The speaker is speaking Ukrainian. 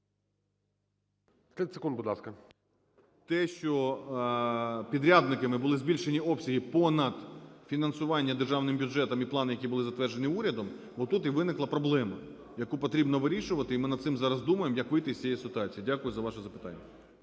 30 секунд, будь ласка. ГРОЙСМАН В.Б. Те, що підрядниками були збільшені обсяги понад фінансування Державним бюджетом і плани, які були затверджені урядом, отут і виникла проблема, яку потрібно вирішувати, і ми над цим зараз думаємо, як вийти з цієї ситуації. Дякую за ваше запитання.